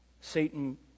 Satan